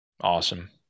Awesome